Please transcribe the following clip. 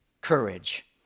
courage